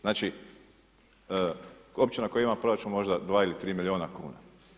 Znači općina koja ima proračun možda 2 ili 3 milijuna kuna.